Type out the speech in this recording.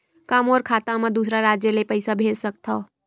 का मोर खाता म दूसरा राज्य ले पईसा भेज सकथव?